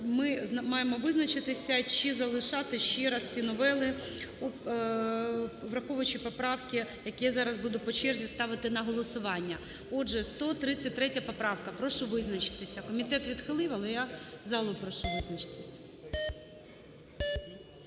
ми маємо визначитися, чи залишати ще раз ці новели, враховуючи поправки, які я зараз буду по черзі ставити на голосування. Отже, 133 поправка, прошу визначитися. Комітет відхилив, але я залу прошу визначитись.